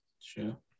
Sure